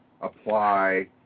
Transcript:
apply